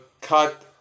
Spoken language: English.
cut